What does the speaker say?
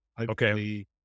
Okay